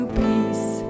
peace